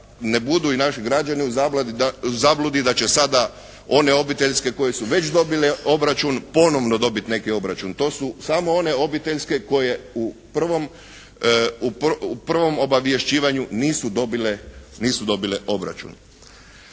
ne budu i naši građani u zabludi da će sada one obiteljske koji su već dobile obračun ponovo dobiti neki obračun. To su samo one obiteljske koje u prvom obavješćivanju nisu dobile obračun.